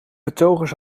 betogers